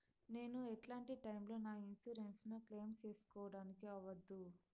నేను ఎట్లాంటి టైములో నా ఇన్సూరెన్సు ను క్లెయిమ్ సేసుకోవడానికి అవ్వదు?